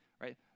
right